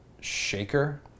Shaker